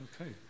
okay